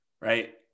Right